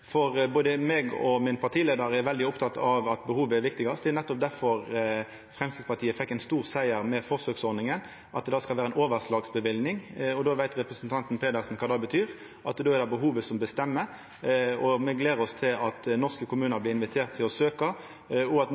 eldreomsorga. Både eg og partileiaren vår er veldig opptekne av at behovet er viktigast. Det er nettopp derfor Framstegspartiet fekk ein stor siger med forsøksordninga – at det skal vera ei overslagsløyving. Representanten Pedersen veit kva det betyr, då er det behovet som bestemmer. Me gler oss til at norske kommunar blir inviterte til å søkja, og at